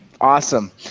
Awesome